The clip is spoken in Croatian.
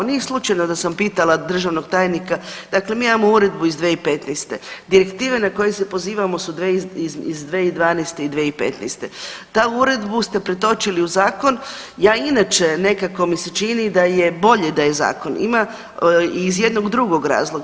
Nije slučajno da sam pitala državnog tajnika, dakle mi imamo uredbu iz 2015., direktiva na koju se pozivamo su iz 2012. i 2015., tu uredbu ste pretočili u zakon, ja inače nekako mi se čini da je bolje da je zakon, ima, iz jednog drugog razloga.